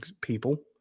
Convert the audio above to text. people